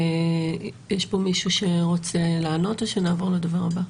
יש פה מישהו שרוצה לענות או שנעבור לדובר הבא?